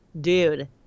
dude